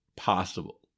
possible